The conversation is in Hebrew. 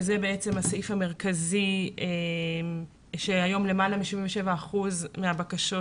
כשזה הסעיף המרכזי והיום למעלה מ-77% מהבקשות